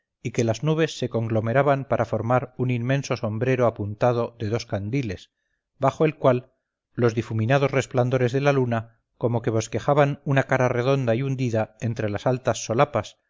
y que las nubes se conglomeraban para formar un inmenso sombrero apuntado de dos candiles bajo el cual los difuminados resplandores de la luna como que bosquejaban una cara redonda y hundida entre las altas solapas